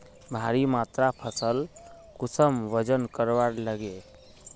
भारी मात्रा फसल कुंसम वजन करवार लगे?